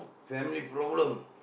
family problem